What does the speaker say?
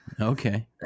Okay